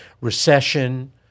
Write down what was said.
recession